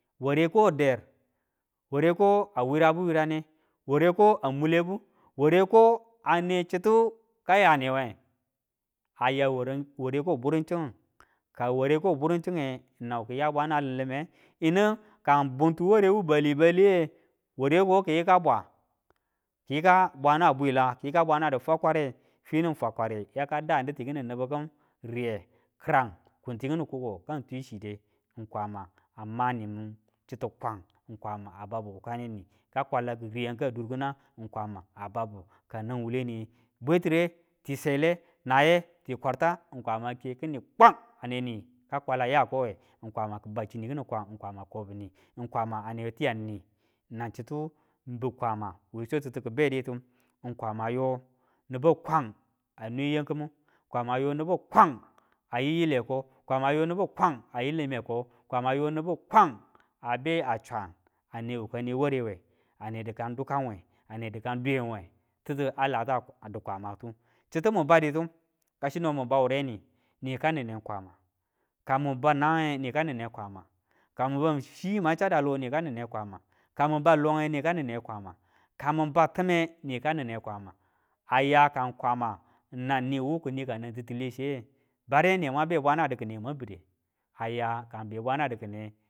Ware ko der, ware ko a wira bu wurane, ware ko a mulebu ware ko abe chitu kayanewe a ya ware ko buring ching, ka ware ko buring ching e, nan kiya bwana lime yinu ka bunti ware wu bali baliye ware wuko kiyika bwa, ki yika bwana bwila kiyi ka bwana di fakware fini fakware yaka dandu tikini nibu kim, riye, kirang tikini kuko kang tare chide, ng kwama kima nimin chitu kwang a babu wakaneni ka kwala kiriyang ka durkinang kwama a babu kanau wuwule niye bwetire ti sele, naye ti kwarta, kwama a ke kini kwang, aneni ka kwala ya a kowe, kwama ki bau chini kini kwang kwama kobu ni kwama a newe tiyang ni nang chitu kwama we swatitu ki beditu ng kwamayo nibu kwang a nwe yam kimu. Kwama yo nibu kwang a yiu yile ko kwama yo nibu kwang a yiu limeko, kwama yo nibu kwang a be a swan, ane wuka warewe, ane dikan dukan we ane dikan dwiyen we didu ala da di kwamatu, chitu mu baditu kasino mu bau wure ni nika nine kwama, ka mu bau nangange nika nin ne kwama, ka mu bau chi mwan chada longe nika nine kwama, ka mun bau longe nika ninne kwama ka mu bau time ni ka nine kwama a ya ka kwama nan nin wu ki ni ka nam ti tile chiye, bare ne mwan be bwana dikine mwan bide? aya kang be bwana dikine